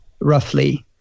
roughly